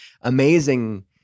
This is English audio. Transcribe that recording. amazing